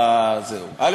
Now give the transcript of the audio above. א.